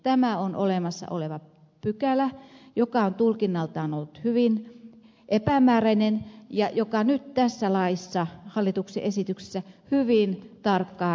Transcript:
tämä on olemassa oleva pykälä joka on tulkinnaltaan ollut hyvin epämääräinen ja joka nyt tässä laissa hallituksen esityksessä hyvin tarkkaan rajataan